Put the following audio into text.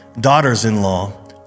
daughters-in-law